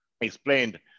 explained